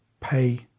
pay